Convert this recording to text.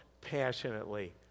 passionately